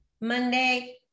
Monday